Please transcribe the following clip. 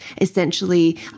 essentially